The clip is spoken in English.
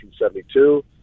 1972